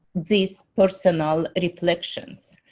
these personal reflections.